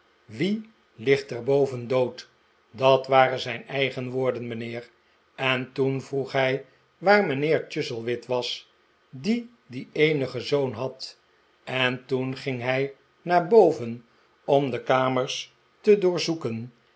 wie ligt er boven dood dat waren zijn eigen woorden mijnheer en toen vroeg hij waar mijnheer chuzzlewit was die dien eenigen zoon had en toen ging hij naar boven om de kamers te